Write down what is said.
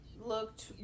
looked